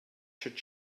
should